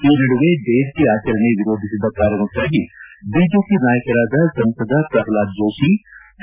ಈ ನಡುವೆ ಜಯಂತಿ ಆಚರಣೆ ವಿರೋಧಿಸಿದ ಕಾರಣಕ್ಕಾಗಿ ಬಿಜೆಪಿ ನಾಯಕರಾದ ಸಂಸದ ಪ್ರಷ್ಲಾದ್ ಜೋಶಿ ಸಿ